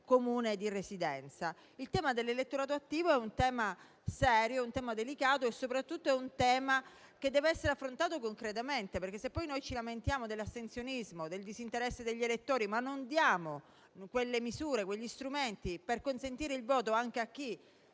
Comune di residenza. Il tema dell'elettorato attivo è serio, delicato e soprattutto deve essere affrontato concretamente. Se poi noi ci lamentiamo dell'astensionismo e del disinteresse degli elettori, ma non diamo quelle misure e quegli strumenti per consentire il voto anche a chi,